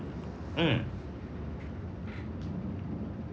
mm